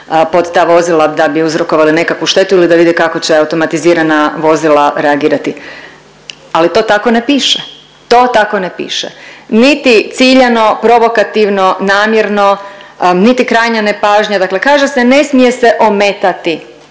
pod ta vozila da bi uzrokovali nekakvu štetu ili da vide kako će automatizirana vozila reagirati. Ali to tako ne piše, to tako ne piše, niti ciljano, provokativno, namjerno, niti krajnja nepažnja, dakle kaže se ne smije se ometati,